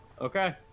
Okay